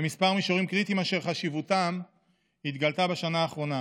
בכמה מישורים קריטיים אשר חשיבותם התגלתה בשנה האחרונה: